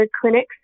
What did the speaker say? clinics